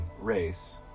race